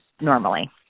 normally